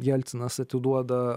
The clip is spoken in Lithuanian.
jelcinas atiduoda